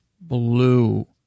Blue